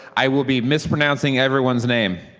i will be mispronouncing everyone's name.